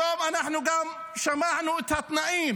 היום גם שמענו את התנאים